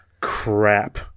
crap